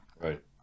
right